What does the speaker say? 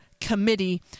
committee